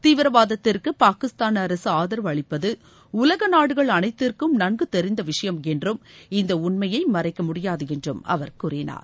தீவிரவாதத்திற்கு பாகிஸ்தான் அரசு ஆதரவு அளிப்பது உலக நாடுகள் அனைத்திற்கும் நன்கு தெரிந்த விஷயம் என்றும் இந்த உண்மையை மறைக்க முடியாது என்றும் அவர் கூறினார்